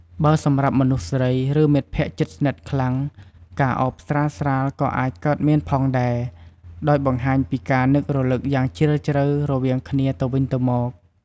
បើសម្រាប់មនុស្សស្រី ឬមិត្តភក្តិជិតស្និទ្ធខ្លាំង ការអោបស្រាលៗក៏អាចកើតមានផងដែរ ដោយបង្ហាញពីការនឹករលឹកយ៉ាងជ្រាលជ្រៅរវាងគ្នាទៅវិញទៅមក។